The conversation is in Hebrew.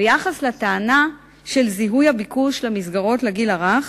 ביחס לטענה של זיהוי הביקוש למסגרות לגיל הרך,